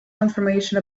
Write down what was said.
information